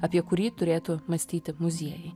apie kurį turėtų mąstyti muziejai